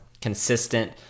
consistent